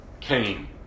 came